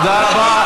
תודה רבה.